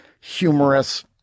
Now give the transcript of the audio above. humorous